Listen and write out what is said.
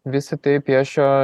visa tai piešia